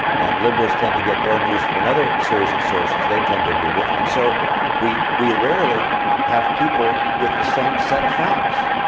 and liberals tend to get their news from another series of sources they tend to agree with. and so we we rarely have people with the same set of facts.